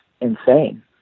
insane